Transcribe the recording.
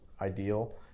ideal